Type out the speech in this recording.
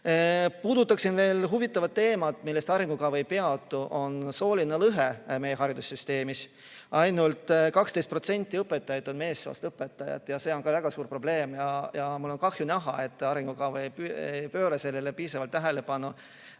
Puudutan veel huvitavat teemat, millel arengukava ei peatu. See on sooline lõhe meie haridussüsteemis. Ainult 12% õpetajaid on meessoost. See on väga suur probleem ja mul on kahju näha, et arengukava ei pööra piisavalt tähelepanu